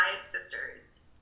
sisters